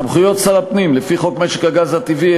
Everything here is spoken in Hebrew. סמכויות שר הפנים לפי חוק משק הגז הטבעי,